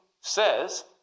says